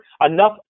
enough